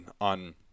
on –